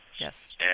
Yes